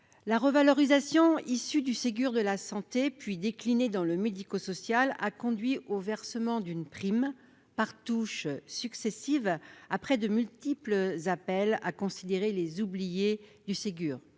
La revalorisation issue du Ségur de la santé, déclinée ensuite dans le médico-social, a conduit au versement d'une prime par touches successives, après de multiples appels à considérer les « oubliés » du Ségur.